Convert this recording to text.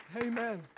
Amen